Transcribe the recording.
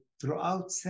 throughout